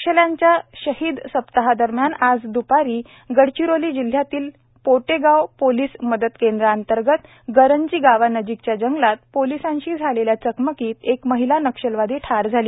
नक्षल्यांच्या शहीद सप्ताहादरम्यान आज द्पारी गडचिरोली जिल्ह्यातील पोटेगाव पोलिस मदत केंद्रांतर्गत गरंजी गावानजीकच्या जंगलात पोलिसांशी झालेल्या चकमकीत एक महिला नक्षलवादी ठार झाली